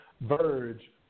Verge